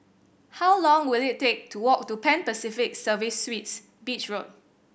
how long will it take to walk to Pan Pacific Service Suites Beach Road